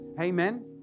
Amen